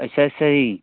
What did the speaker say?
ਅੱਛਾ ਅੱਛਾ ਜੀ